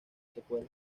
secuela